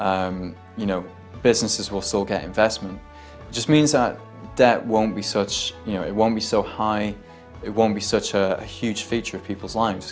car you know businesses will still get investment just means that won't be such you know it won't be so high it won't be such a huge feature of people's lives